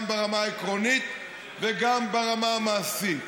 גם ברמה העקרונית וגם ברמה המעשית,